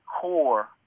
core